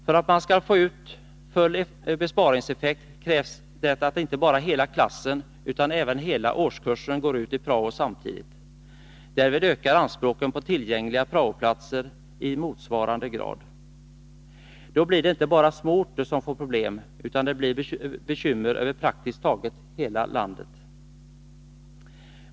För att man skall få ut full besparingseffekt krävs det att inte bara hela klassen utan även hela årskursen går ut i prao samtidigt. Därvid ökar anspråken på tillgängliga prao-platser i motsvarande grad. Då blir det inte bara små orter som får problem, utan det blir bekymmer över praktiskt taget hela landet.